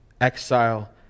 exile